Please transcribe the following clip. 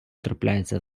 трапляються